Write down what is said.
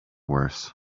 worse